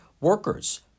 workers